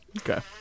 Okay